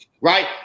right